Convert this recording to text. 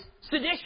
sedition